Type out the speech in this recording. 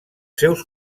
seus